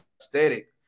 aesthetic